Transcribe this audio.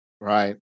Right